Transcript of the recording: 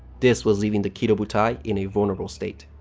this was leaving the kido butai in a vulnerable state.